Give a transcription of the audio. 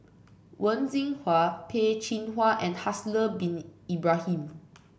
Wen Jinhua Peh Chin Hua and Haslir Bin Ibrahim